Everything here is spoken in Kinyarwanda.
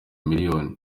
miliyoni